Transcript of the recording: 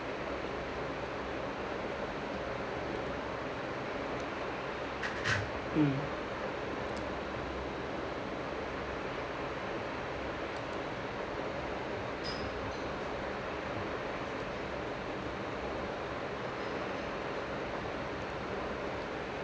mm